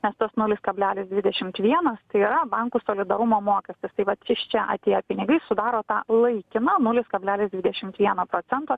nes tas nulis kablelis dvidešimt vienas tai yra bankų solidarumo mokestis tai vat iš čia atėję pinigai sudaro tą laikymą nulis kablelis dvidešimt vieną procentą